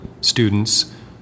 students